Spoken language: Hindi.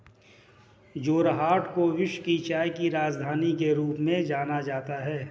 जोरहाट को विश्व की चाय की राजधानी के रूप में जाना जाता है